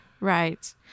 right